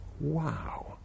Wow